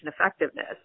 effectiveness